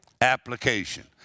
Application